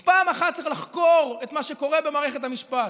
אז פעם אחת צריך לחקור את מה שקורה במערכת המשפט: